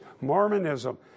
Mormonism